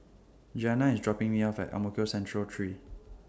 Giana IS dropping Me off At Ang Mo Kio Central three